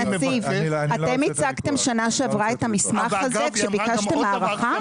אתם הצגתם בשנה שעברה את המסמך הזה כשביקשתם הארכה?